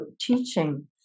teaching